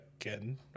again